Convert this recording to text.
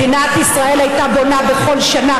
מדינת ישראל הייתה בונה בכל שנה,